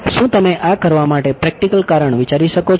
શું તમે આ કરવા માટે પ્રેક્ટિકલ કારણ વિચારી શકો છો